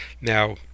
now